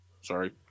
Sorry